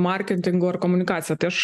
marketingu ar komunikacija tai aš